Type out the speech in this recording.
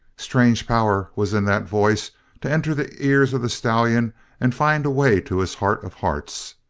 strange power was in that voice to enter the ears of the stallion and find a way to his heart of hearts.